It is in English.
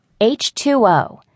H2O